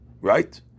right